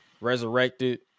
Resurrected